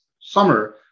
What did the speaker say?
summer